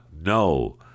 No